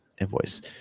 Invoice